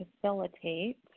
facilitate